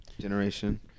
Generation